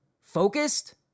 focused